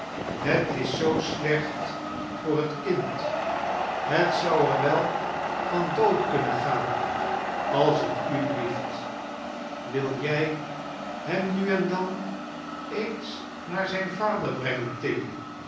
het is zoo slecht voor het kind het zou er wel van dood kunnen gaan als t u blieft wil jij hem mi en dan eens naar zijn vader brengen